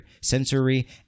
sensory